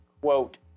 quote